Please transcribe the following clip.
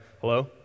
hello